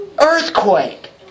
earthquake